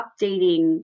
updating